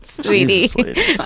Sweetie